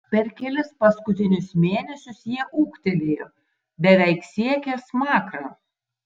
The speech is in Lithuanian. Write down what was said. per kelis paskutinius mėnesius jie ūgtelėjo beveik siekė smakrą